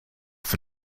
for